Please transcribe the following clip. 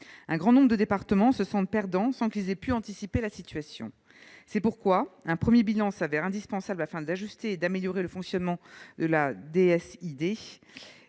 Un grand nombre de départements se sentent perdants, sans qu'ils aient pu anticiper la situation. C'est pourquoi un premier bilan est indispensable afin d'ajuster et d'améliorer le fonctionnement de la